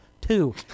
Two